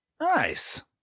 Nice